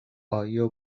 آیا